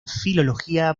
filología